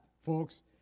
folks